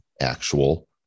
actual